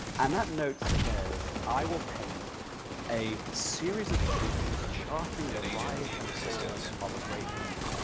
and that note says, i will paint a series of paintings charting the rise and fall of a great empire